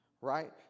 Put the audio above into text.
Right